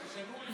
הצבעה